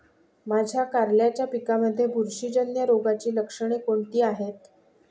माझ्या कारल्याच्या पिकामध्ये बुरशीजन्य रोगाची लक्षणे कोणती आहेत?